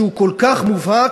שהוא כל כך מובהק,